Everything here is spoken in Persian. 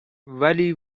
ولی